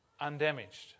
undamaged